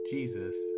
Jesus